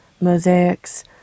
Mosaics